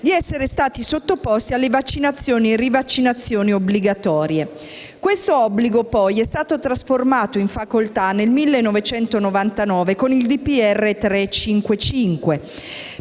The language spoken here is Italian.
di essere stati sottoposti alle vaccinazioni e rivaccinazioni obbligatorie. Tale obbligo è stato poi trasformato in facoltà nel 1999, con il decreto